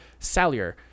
Salier